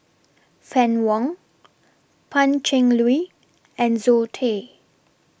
Fann Wong Pan Cheng Lui and Zoe Tay